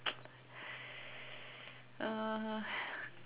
uh